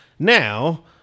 Now